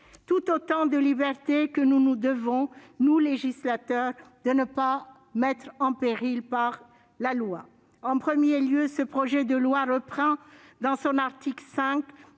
autant de libertés que nous nous devons, nous, législateurs, de ne pas mettre en péril par la loi. En premier lieu, ce projet de loi reprend, dans son article 5,